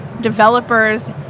developers